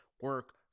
Work